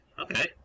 Okay